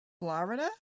Florida